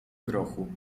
grochu